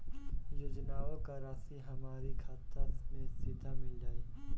योजनाओं का राशि हमारी खाता मे सीधा मिल जाई?